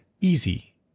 easy